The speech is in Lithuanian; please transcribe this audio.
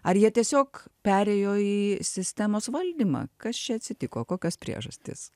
ar jie tiesiog perėjo į sistemos valdymą kas čia atsitiko kokios priežastys